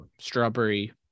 strawberry